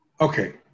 Okay